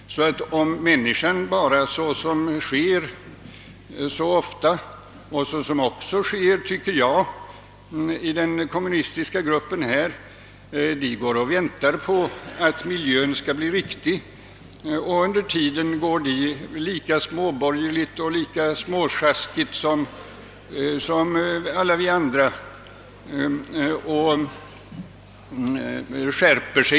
Men flertalet kommunister — det är fallet också i den kommunistiska gruppen här — tycks gå och bara vänta på att miljön skall bli den rätta och är under tiden lika småborgerliga och lika småsjaskiga som alla vi andra.